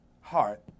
heart